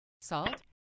salt